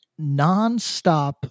nonstop